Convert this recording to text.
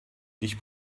dich